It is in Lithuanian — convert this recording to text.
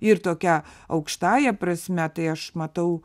ir tokia aukštąja prasme tai aš matau